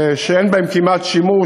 שאין בהם כמעט שימוש,